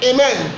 Amen